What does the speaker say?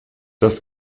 das